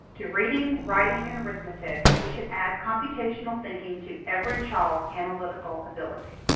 to reading, writing, and arithmetic, we should add computational thinking to every child's analytical ability.